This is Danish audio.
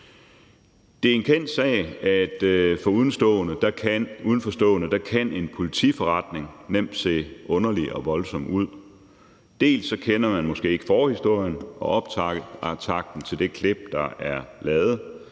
Det er en kendt sag, at en politiforretning for udenforstående nemt kan se underlig og voldsom ud. Dels kender man måske ikke forhistorien og optakten til det klip, der er lavet,